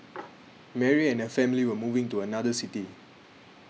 Mary and her family were moving to another city